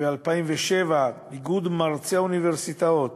ב-2007, איגוד מרצי האוניברסיטאות